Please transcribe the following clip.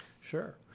Sure